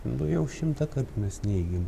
buvo jau šimtą kart mes neigėm